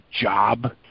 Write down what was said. job